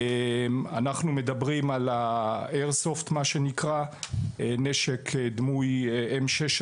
אנחנו מדברים על ה- Air soft, נשק דמוי M16,